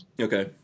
Okay